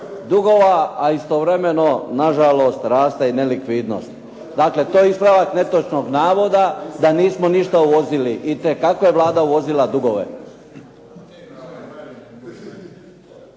dugova, a istovremeno na žalost raste i nelikvidnost. Dakle, to je ispravak netočnog navoda da nismo ništa uvozili. Itekako je Vlada uvozila dugove.